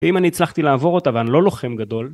ואם אני הצלחתי לעבור אותה ואני לא לוחם גדול